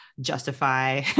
justify